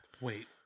wait